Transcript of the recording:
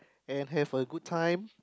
and have a good time